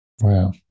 Wow